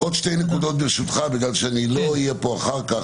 עוד שתי נקודות כי אני לא אהיה כאן אחר כך.